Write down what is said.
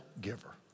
giver